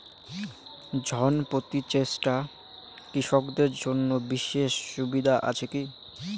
ঋণ পাতি চেষ্টা কৃষকদের জন্য বিশেষ সুবিধা আছি কি?